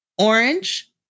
orange